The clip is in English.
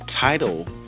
title